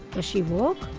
does she walk?